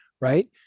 right